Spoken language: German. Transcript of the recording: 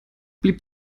blieb